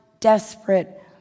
Desperate